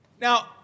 now